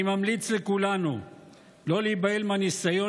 אני ממליץ לכולנו לא להיבהל מהניסיון